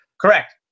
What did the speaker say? Correct